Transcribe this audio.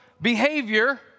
behavior